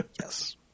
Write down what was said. Yes